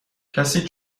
کسی